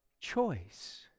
choice